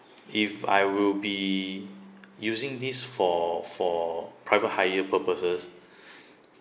if I will be using this for for private hire purposes